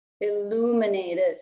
illuminated